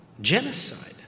genocide